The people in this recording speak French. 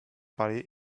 parler